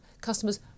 customers